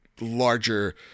larger